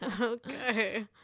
okay